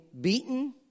beaten